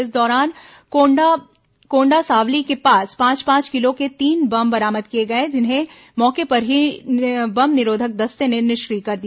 इस दौरान कोंडासावली के पास पांच पांच किलो के तीन बम बरामद किए गए जिन्हें मौके पर ही बम निरोधक दस्ते ने निष्क्रिय कर दिया